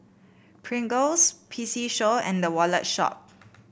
Pringles P C Show and The Wallet Shop